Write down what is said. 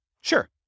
Sure